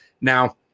Now